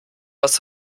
was